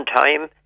time